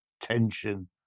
tension